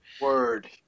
Word